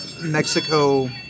Mexico